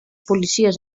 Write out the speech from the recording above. policies